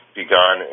begun